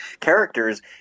characters